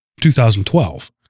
2012